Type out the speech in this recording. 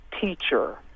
teacher